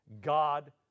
God